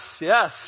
yes